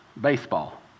baseball